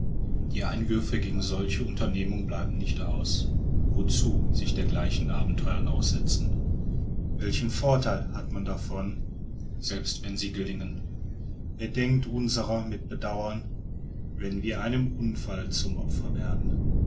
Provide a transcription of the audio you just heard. die einwürfe gegen solche unternehmung bleiben nicht aus wozu sich dergleichen abenteuern aussetzen welchen vortheil hat man davon selbst wenn sie gelingen wer denkt unserer mit bedauern wenn wir einem unfall zum opfer werden